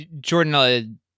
Jordan